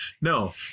No